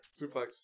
Suplex